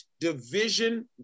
division